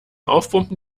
aufpumpen